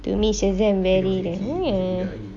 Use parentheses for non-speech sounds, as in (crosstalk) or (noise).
to me shazam very the (noise)